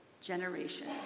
generation